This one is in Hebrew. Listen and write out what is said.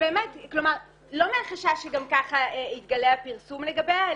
לא מהחשש שגם ככה יתגלה הפרסום לגביה,